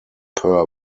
per